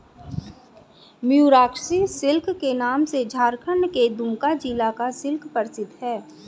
Mayurakshi silk के नाम से झारखण्ड के दुमका जिला का सिल्क प्रसिद्ध है